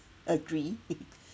agree